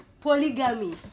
polygamy